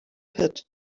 pit